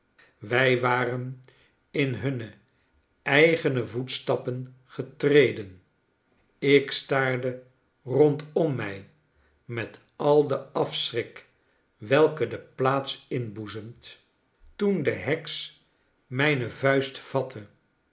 wij waren in hunne eigene voetstappen getreden ik staarde rondom mij met al denafschrik welken de plaats inboezamt toen de heks mijne vuist